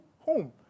home